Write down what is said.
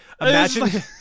Imagine